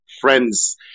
friends